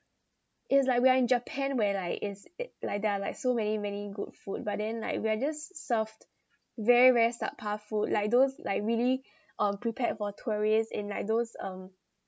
it's like we are in japan where like it's it like there are like so many many good food but then like we are just served very very subpar food like those like really um prepared for tourist in like those um